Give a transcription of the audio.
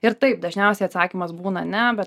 ir taip dažniausiai atsakymas būna ne bet